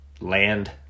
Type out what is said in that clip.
land